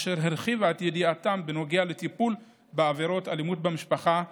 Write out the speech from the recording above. אשר הרחיבה את ידיעתם בנוגע לטיפול בעבירות אלימות במשפחה ומין,